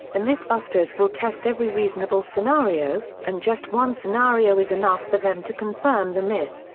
the mythbusters will test every reasonable scenario, and just one scenario is enough for them to confirm the myth.